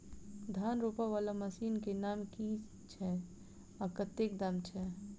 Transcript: धान रोपा वला मशीन केँ नाम की छैय आ कतेक दाम छैय?